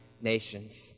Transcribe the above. nations